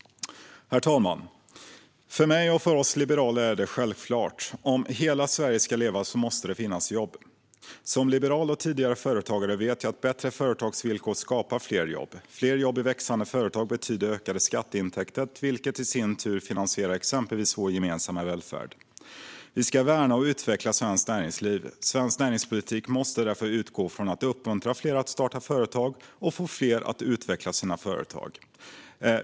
Herr talman! För mig och för oss liberaler är det självklart: Om hela Sverige ska leva måste det finnas jobb. Som liberal och tidigare företagare vet jag att bättre företagsvillkor skapar fler jobb. Fler jobb i växande företag betyder ökade skatteintäkter, vilka i sin tur finansierar exempelvis vår gemensamma välfärd. Vi ska värna och utveckla svenskt näringsliv. Svensk näringspolitik måste därför utgå från att uppmuntra fler att starta företag och få fler att utveckla sina företag.